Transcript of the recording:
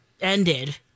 ended